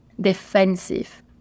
defensive